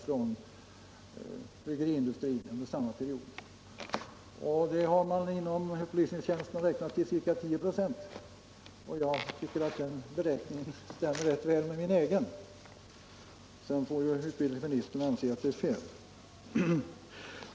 från bryggerinäringen — den andelen Torsdagen den har upplysningstjänsten beräknat till ca 10 96 och det stämmer rätt väl 27 november 1975 med min egen räkning. Sedan får utbildningsministern anse att det är = fel.